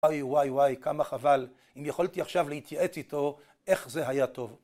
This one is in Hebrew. וואי וואי וואי, כמה חבל. אם יכולתי עכשיו להתייעץ איתו, איך זה היה טוב.